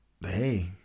Hey